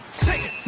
second